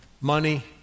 Money